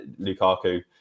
Lukaku